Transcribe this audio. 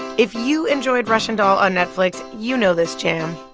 if you enjoyed russian doll on netflix, you know this jam